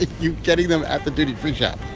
you're getting them at the duty-free shop